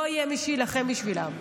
לא יהיה מי שיילחם בשבילם.